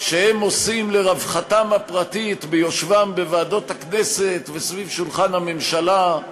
שהם עושים לרווחתם הפרטית ביושבם בוועדות הכנסת וסביב שולחן הממשלה.